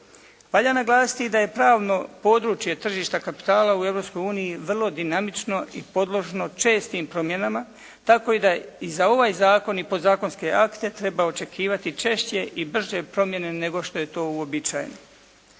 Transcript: Valja naglasiti i da je pravno područje tržišta kapitala u Europskoj uniji vrlo dinamično i podložno čestim promjenama, tako da i za ovaj zakon i podzakonske akte treba očekivati češće i brže promjene nego što je to uobičajeno.